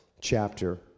chapter